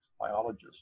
biologist